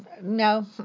No